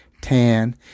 tan